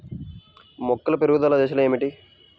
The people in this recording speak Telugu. మొక్కల పెరుగుదల దశలు ఏమిటి?